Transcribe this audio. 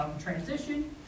transition